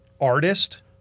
artist